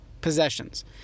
possessions